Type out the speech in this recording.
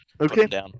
okay